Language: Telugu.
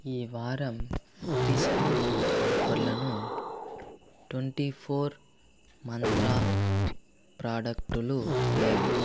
ఈ వారం డిస్కౌంట్ ఆఫర్లను ట్వంటీ ఫోర్ మంత్ర ప్రాడక్టులు ఏవి